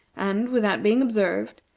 and, without being observed,